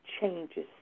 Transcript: changes